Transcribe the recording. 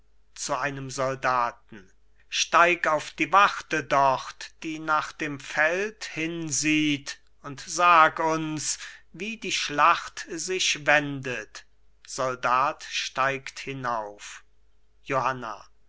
zu einem soldaten steig auf die warte dort die nach dem feld hin sieht und sag uns wie die schlacht sich wendet soldat steigt hinauf johanna